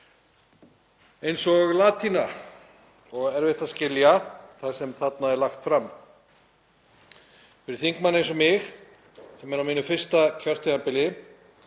eins og latína og erfitt að skilja það sem þarna er lagt fram. Fyrir þingmann eins og mig sem er á mínu fyrsta kjörtímabili